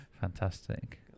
Fantastic